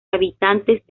habitantes